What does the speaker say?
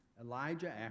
Elijah